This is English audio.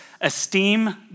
esteem